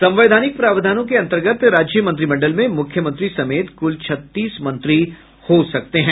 संवैधानिक प्रावधानों के अंतर्गत राज्य मंत्रिमंडल में मुख्यमंत्री समेत कुल छत्तीस मंत्री हो सकते हैं